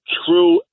true